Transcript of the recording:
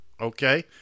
Okay